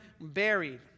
buried